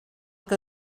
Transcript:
que